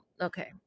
okay